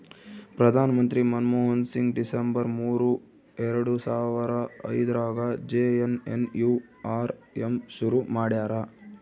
ಪ್ರಧಾನ ಮಂತ್ರಿ ಮನ್ಮೋಹನ್ ಸಿಂಗ್ ಡಿಸೆಂಬರ್ ಮೂರು ಎರಡು ಸಾವರ ಐದ್ರಗಾ ಜೆ.ಎನ್.ಎನ್.ಯು.ಆರ್.ಎಮ್ ಶುರು ಮಾಡ್ಯರ